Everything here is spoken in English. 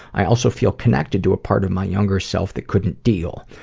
i also feel connected to a part of my younger self that couldn't deal.